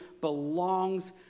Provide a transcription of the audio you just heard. belongs